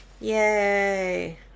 Yay